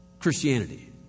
Christianity